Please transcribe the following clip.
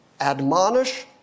admonish